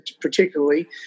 particularly